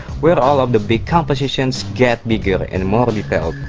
where all of the big compositions get bigger and more detailed.